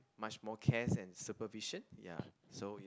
much more cares and supervision ya so it's